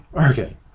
Okay